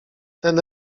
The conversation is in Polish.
ten